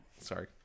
Sorry